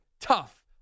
tough